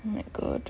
my god